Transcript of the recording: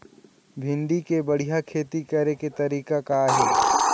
भिंडी के बढ़िया खेती करे के तरीका का हे?